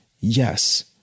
Yes